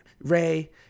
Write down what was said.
Ray